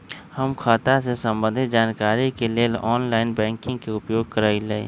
हम खता से संबंधित जानकारी के लेल ऑनलाइन बैंकिंग के उपयोग करइले